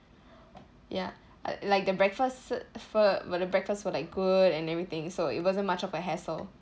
ya uh like the breakfast for what the breakfast were like good and everything so it wasn't much of a hassle